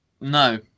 No